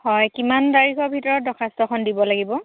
হয় কিমান তাৰিখৰ ভিতৰত দৰখাস্তখন দিব লাগিব